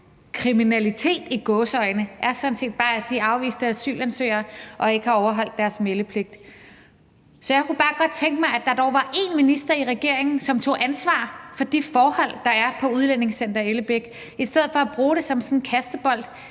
kriminalitet – i gåseøjne – er sådan set bare, at de er afviste asylansøgere og ikke har overholdt deres meldepligt. Så jeg kunne bare godt tænke mig, at der dog var én minister i regeringen, som tog ansvar for de forhold, der er på Udlændingecenter Ellebæk, i stedet for at bruge det som sådan en kastebold.